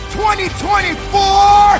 2024